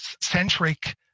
centric